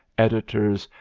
editors,